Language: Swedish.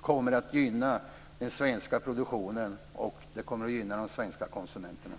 kommer att gynna den svenska produktionen och de svenska konsumenterna.